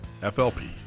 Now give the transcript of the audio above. FLP